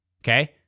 Okay